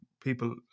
people